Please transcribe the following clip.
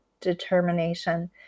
determination